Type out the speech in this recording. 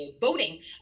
voting